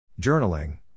Journaling